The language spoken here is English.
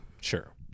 sure